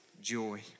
joy